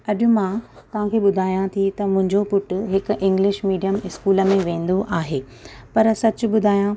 अॼु मां तव्हांखे ॿुधायां थी त मुंहिंजो पुटु हिकु इंग्लिश मीडियम स्कूल में वेंदो आहे पर सचु ॿुधायां